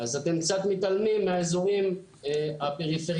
אז אתם קצת מתעלמים מהאזורים הפריפריאליים,